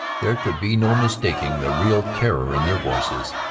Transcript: there could be no mistaking the real terror in their voices.